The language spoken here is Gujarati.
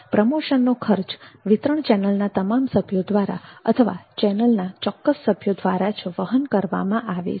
પ્રમોશનનો ખર્ચ વિતરણ ચેનલના તમામ સભ્યો દ્વારા અથવા ચેનલના ચોક્કસ સભ્યો દ્વારા જ વહન કરવામાં આવે છે